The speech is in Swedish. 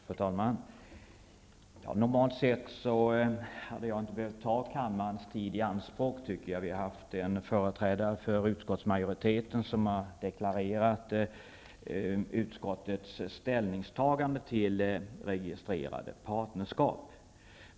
Fru talman! Normalt sett hade jag inte behövt ta kammarens tid i anspråk, eftersom en företrädare för utskottsmajoriteten har deklarerat utskottets ställningstagande till registrerade partnerskap.